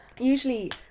Usually